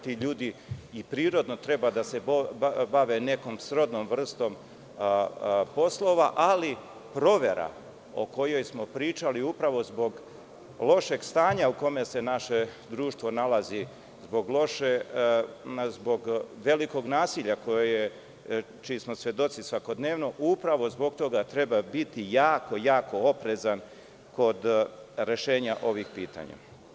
Ti ljudi i prirodno treba da se bave nekom srodnom vrstom poslova, ali provera o kojoj smo pričali, upravo zbog lošeg stanja u kojem se naše društvo nalazi, zbog velikog nasilja čiji smo svedoci svakodnevno, zbog toga treba biti jako oprezan kod rešenja ovih pitanja.